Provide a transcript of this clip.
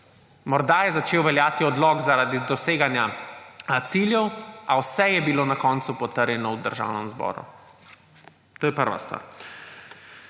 Morda je začel veljati odlok zaradi doseganja ciljev, a vse je bilo na koncu potrjeno v državnem zboru. To je prva stvar.